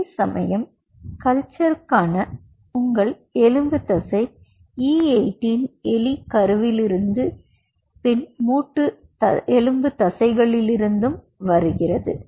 அதேசமயம் கல்ச்சர்க்கான உங்கள் எலும்பு தசை E18 எலி கருவில் இருந்து பின் மூட்டு எலும்பு தசைலிருந்து வருகிறது